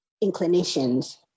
inclinations